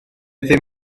ddim